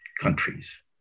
countries